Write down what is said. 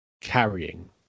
carrying